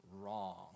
wrong